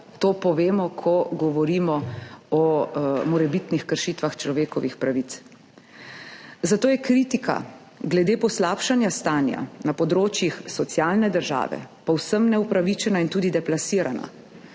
to povemo, ko govorimo o morebitnih kršitvah človekovih pravic. Zato je kritika glede poslabšanja stanja na področjih socialne države povsem neupravičena in tudi deplasirana.